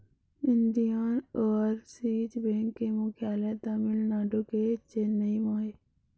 Indian overseas bank के मुख्यालय तमिलनाडु के चेन्नई म हे